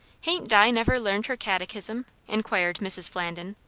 hain't di never learned her catechism? inquired mrs. flandin.